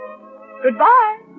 Goodbye